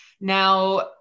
Now